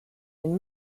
den